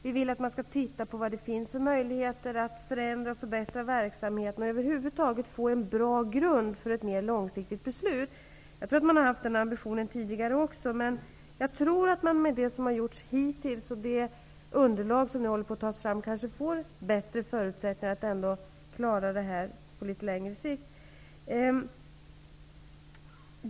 Vi vill att man skall titta på vad det finns för möjligheter att förändra och förbättra verksamheten och över huvud taget få en bra grund för ett mer långsiktigt beslut. Jag tror att man har haft den ambitionen tidigare också. Men jag tror att man med det som har gjorts hittills och med det underlag som nu håller på att tas fram kanske får bättre förutsättningar att klara detta på litet längre sikt.